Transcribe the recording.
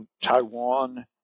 Taiwan